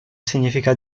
significa